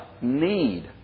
need